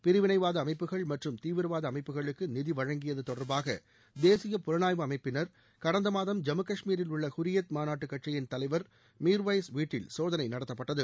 பிரிவினைவாத அமைப்புகள் மற்றம் தீவிரவாத அமைப்புகளுக்கு நிதி வழங்கியது தொடர்பாக தேசிய புலனாய்வு அமைப்பினர் கடந்த மாதம் ஜம்மு காஷ்மீரில் உள்ள ஹுரியத் மாநாட்டு கட்சியின் தலைவர் மீர்வய்ஸ் வீட்டில் சோதனை நடத்தப்பட்டது